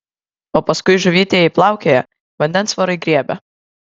o paskui žuvytė jei plaukioja vandens vorai griebia